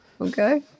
okay